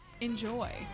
Enjoy